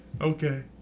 Okay